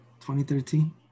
2013